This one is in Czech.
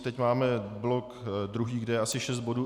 Teď máme blok druhý, kde je asi šest bodů.